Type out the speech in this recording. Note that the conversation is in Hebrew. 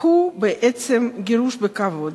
הוא בעצם גירוש בכבוד.